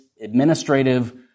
administrative